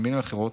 במילים אחרות,